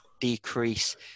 decrease